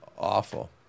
awful